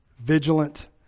Vigilant